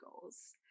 goals